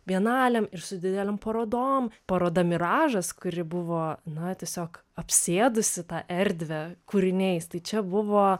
bienalėm ir su didelėm parodom paroda miražas kuri buvo na tiesiog apsėdusi tą erdvę kūriniais tai čia buvo